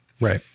Right